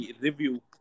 review